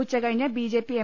ഉച്ചകഴിഞ്ഞ് BJP M